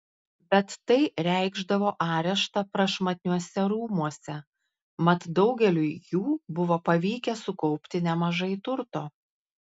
bet tai reikšdavo areštą prašmatniuose rūmuose mat daugeliui jų buvo pavykę sukaupti nemažai turto